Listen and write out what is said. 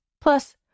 Plus